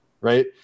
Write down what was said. right